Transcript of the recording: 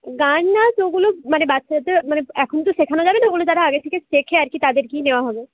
গান নাচ ওগুলো মানে বাচ্চাদের মানে এখন তো শেখানো যাবে না ওগুলো যারা আগের থেকে শেখে আর কি তাদেরকেই নেওয়া হবে